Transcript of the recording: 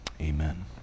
Amen